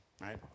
right